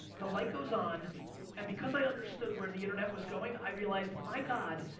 the light goes on and because i understood where the internet was going, i realized, my god,